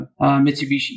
Mitsubishi